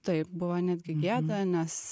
taip buvo netgi gėda nes